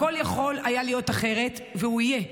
הכול היה יכול להיות אחרת, והוא יהיה,